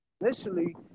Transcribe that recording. initially